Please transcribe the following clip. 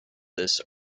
this